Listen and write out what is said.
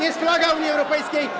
Jest flaga Unii Europejskiej.